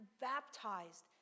baptized